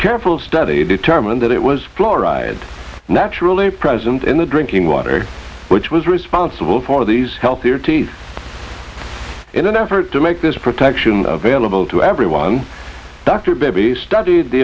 careful study determined that it was fluoride naturally present in the drinking water which was responsible for these healthier teeth in an effort to make this protection the vailable to everyone dr baby studied the